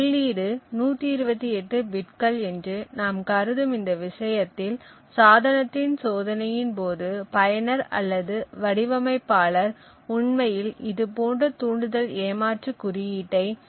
உள்ளீடு 128 பிட்கள் என்று நாம் கருதும் இந்த விஷயத்தில் சாதனத்தின் சோதனையின் போது பயனர் அல்லது வடிவமைப்பாளர் உண்மையில் இதுபோன்ற தூண்டுதல் ஏமாற்று குறியீட்டை ½128 காண்கிறார்